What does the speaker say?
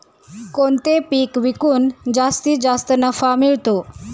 कोणते पीक विकून जास्तीत जास्त नफा मिळतो?